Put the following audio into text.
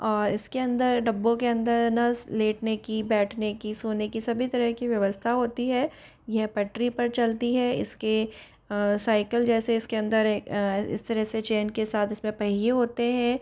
और इसके अंदर डिब्बों के अंदर है न लेटने की बैठने की सोने की सभी तरह की व्यवस्था होती है यह पटरी पर चलती है इसके साइकिल जैसे इसके अंदर इस तरह से चैन के साथ इसमें पहिए होते हैं